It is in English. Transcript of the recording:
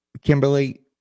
Kimberly